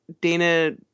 Dana